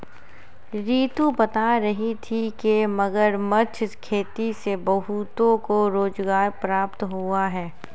रितु बता रही थी कि मगरमच्छ खेती से बहुतों को रोजगार प्राप्त हुआ है